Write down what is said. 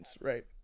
right